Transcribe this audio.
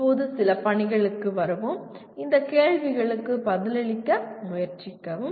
இப்போது சில பணிகளுக்கு வருவோம் இந்தக் கேள்விகளுக்கு பதிலளிக்க முயற்சிக்கவும்